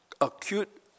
acute